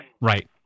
Right